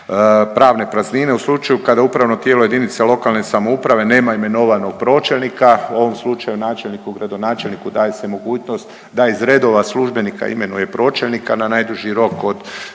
pravne praznine u slučaju kada upravno tijelo jedinice lokalne samouprave nema imenovanog pročelnika u ovom slučaju načelniku, gradonačelniku daje se mogućnost da iz redova službenika imenuje pročelnika na najduži rok od